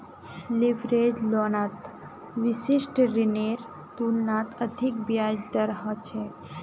leverage लोनत विशिष्ट ऋनेर तुलनात अधिक ब्याज दर ह छेक